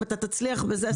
אם אתה תצליח בזה,